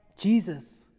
Jesus